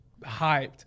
hyped